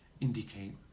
indicate